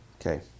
Okay